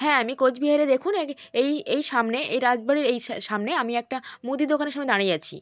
হ্যাঁ আমি কোচবিহারে দেখুন এই এই এই সামনে এই রাজবাড়ির এই সামনে আমি একটা মুদি দোকানের সামনে দাঁড়িয়ে আছি